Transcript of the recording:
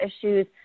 issues